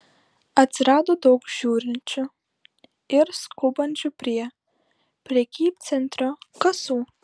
atsirado daug žiūrinčių ir skubančių prie prekybcentrio kasų